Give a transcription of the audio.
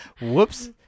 Whoops